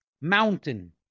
Mountain